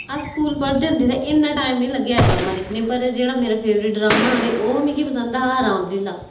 अस स्कूल पढदे होंदे है ते इन्ना टाइम नेई लगदा हा ड्रामा दिक्खने गी पर जेहड़ा मेरा फैबरट ड्रामा हा ते ओह् मिगी पसंद हा रामलीला